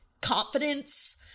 confidence